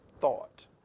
thought